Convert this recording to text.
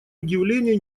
удивления